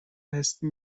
هستی